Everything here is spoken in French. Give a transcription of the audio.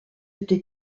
été